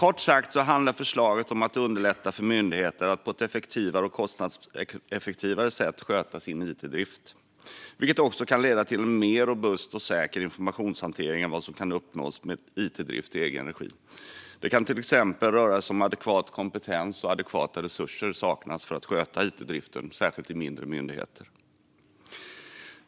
Kort sagt handlar förslaget om att underlätta för myndigheter att på ett mer kostnadseffektivt sätt sköta sin it-drift, vilket också kan leda till en mer robust och säker informationshantering än vad som kan uppnås med it-drift i egen regi. Det kan till exempel röra sig om att adekvat kompetens och adekvata resurser saknas för att sköta it-driften, särskilt i mindre myndigheter.